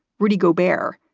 rudy go bare,